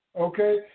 okay